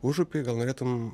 užupy gal norėtum